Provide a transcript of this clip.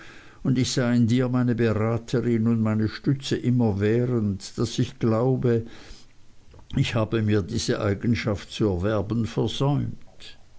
und ich sah in dir meine beraterin und meine stütze immerwährend daß ich wirklich glaube ich habe mir diese eigenschaft zu erwerben versäumt